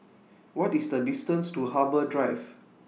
What IS The distance to Harbour Drive